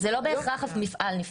זה לא בהכרח מפעל נפרד.